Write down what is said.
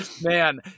Man